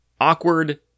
awkward